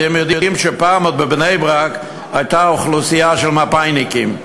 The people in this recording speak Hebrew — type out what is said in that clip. אתם יודעים שפעם הייתה בבני-ברק אוכלוסייה של מפא"יניקים,